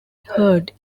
heard